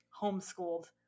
homeschooled